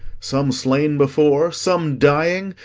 some slain before, some dying,